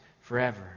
forever